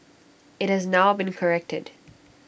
IT has now been corrected